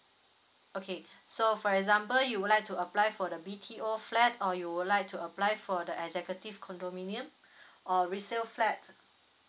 okay so for example you would like to apply for the B_T_O flat or you would like to apply for the executive condominium or resell flat